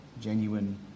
Genuine